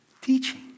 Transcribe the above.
teaching